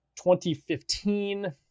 2015